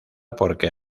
porque